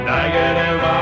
Negative